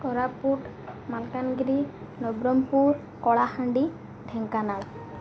Koraput Malkangiri Nabarangpur Kalahandi Dhenkanal